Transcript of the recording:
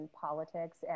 politics